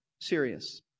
serious